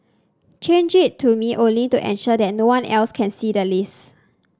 change it to me only to ensure that no one else can see the list